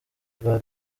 bwa